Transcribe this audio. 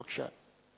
בבקשה.